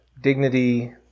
dignity